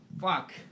fuck